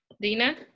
dina